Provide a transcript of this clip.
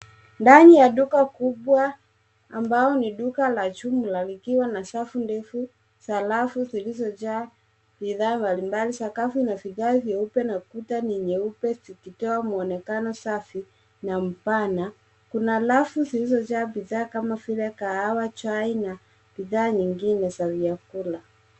Ndani ya duka kubwa ambao ni duka la jumla likiwa na safu ndefu za rafu zilizojaa bidhaa mbalimbali. Sakafu ina vigae vyeupe na kuta ni nyeupe zikitoa mwonekano safi na mpana. Kuna rafu zilizojaa bidhaa kama vile kahawa, chai na bidhaa nyingine za vyakula.